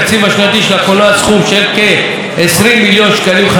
סכום של כ-20 מיליון שקלים חדשים לשנה,